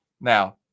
Now